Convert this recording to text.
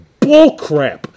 bullcrap